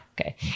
Okay